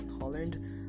Holland